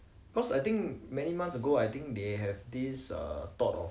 I I'm sure they are in the midst of like discussing